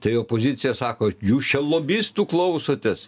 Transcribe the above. tai opozicija sako jūs čia lobistų klausotės